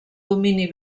domini